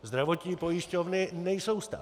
Zdravotní pojišťovny nejsou stát.